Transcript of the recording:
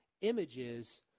images